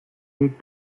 need